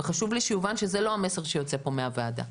וחשוב לי שיובן שזה לא המסר שיוצא פה מהוועדה.